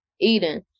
Eden